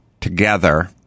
together